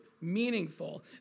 meaningful